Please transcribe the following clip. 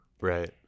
right